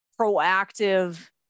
proactive